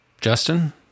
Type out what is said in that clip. Justin